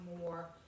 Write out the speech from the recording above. more